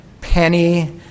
penny